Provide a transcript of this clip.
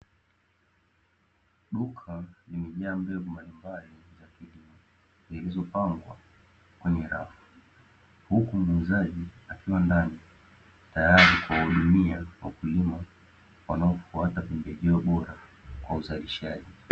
Duka limejaa mbegu mbalimbali za kilimo zilizopangwa kwenye rafu, huku muuzaji akiwa ndani tayari kuwahudumia wakulima wanaofuata pembejeo bora kwa uzalishaji.